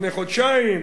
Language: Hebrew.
לפני חודשיים,